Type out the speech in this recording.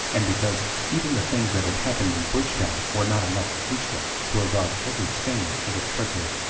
and because even the things that had happened in bridgetown were not enough to teach them to regard every spaniard as a treacherous,